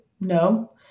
no